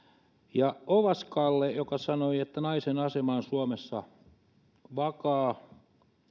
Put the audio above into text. ovaskalle joka sanoi että naisen asema on suomessa vakaa